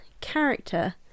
character